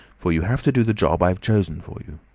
for you have to do the job i've chosen for you.